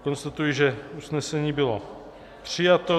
Konstatuji, že usnesení bylo přijato.